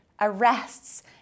Arrests